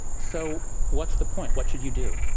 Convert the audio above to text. so what's the point? what should you do?